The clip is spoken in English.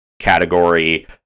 category